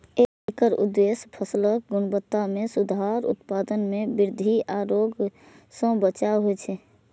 एकर उद्देश्य फसलक गुणवत्ता मे सुधार, उत्पादन मे वृद्धि आ रोग सं बचाव होइ छै